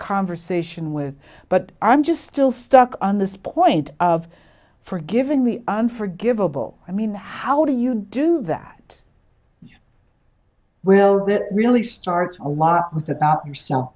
conversation with but i'm just still stuck on this point of forgiving me and forgivable i mean how do you do that well that really starts a lot with about yourself